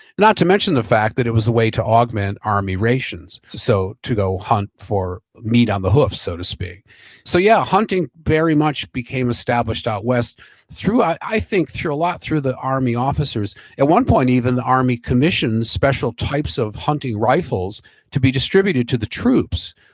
not to mention the fact that it was a way to augment army rations, so to go hunt for meat on the hoof so to speak so yeah, hunting very much became established out west through, i i think through a lot through the army officers. at one point even, the army commissions special types of hunting rifles to be distributed to the troops,